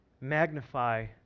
magnify